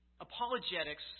apologetics